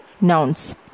nouns